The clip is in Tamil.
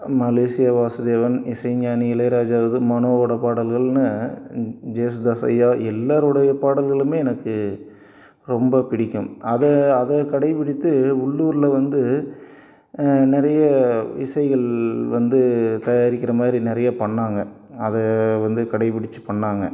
மலேஷியா வாசுதேவன் இசைஞானி இளையராஜா இது மனோவோட பாடல்கள்னு ஜேசுதாஸ் ஐயா எல்லாருடைய பாடல்களும் எனக்கு ரொம்ப பிடிக்கும் அதை அதை கடைபிடித்து உள்ளூரில் வந்து நிறைய இசைகள் வந்து தயாரிக்கிற மாதிரி நிறைய பண்ணாங்க அதை வந்து கடைபிடிச்சி பண்ணாங்க